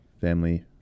family